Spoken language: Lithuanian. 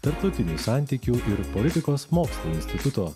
tarptautinių santykių ir politikos mokslų instituto